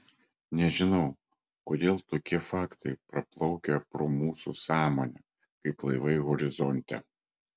nežinau kodėl tokie faktai praplaukia pro mūsų sąmonę kaip laivai horizonte